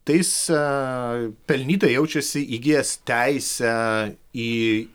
tai jis pelnytai jaučiasi įgijęs teisę į